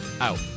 out